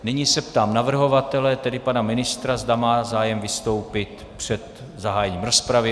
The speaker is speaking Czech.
Nyní se ptám navrhovatele, tedy pana ministra, zda má zájem vystoupit před zahájením rozpravy.